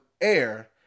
air